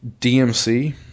DMC